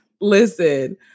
listen